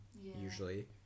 Usually